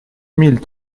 mille